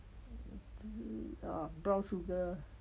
就是 err brown sugar